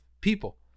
people